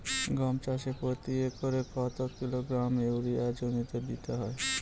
গম চাষে প্রতি একরে কত কিলোগ্রাম ইউরিয়া জমিতে দিতে হয়?